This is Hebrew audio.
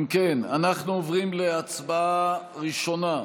אם כן, אנחנו עוברים להצבעה ראשונה,